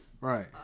Right